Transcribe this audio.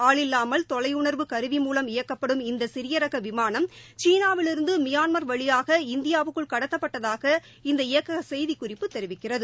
ஆளில்லாமல் தொலையுணர்வு கருவி மூவம் இயக்கப்படும் இந்த சிறிய ரக விமானம் சீனாவிலிருந்து மியான்மர் வழியாக இந்தியாவுக்குள் கடத்தப்பட்டதாக இந்த இயக்கக செய்திக்குறிப்பு தெரிவிக்கிறது